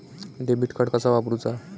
Debit card कसा वापरुचा?